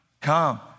come